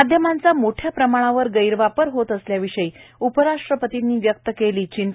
माध्यमांचा मोठ्या प्रमाणावर गैरवापर होत असल्याविषयी उपराष्ट्रपतींनी व्यक्त केली चिंता